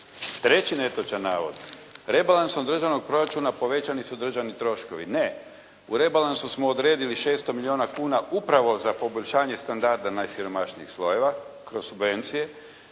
Treći netočan navod, rebalansom državnog proračuna povećani su državni troškovi. Ne. U rebalansu smo odredili 600 milijuna kuna upravo za poboljšanje standarda najsiromašnijih slojeva kroz subvencije,